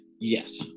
yes